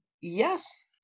Yes